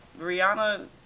Rihanna